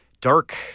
dark